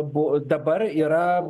bu dabar yra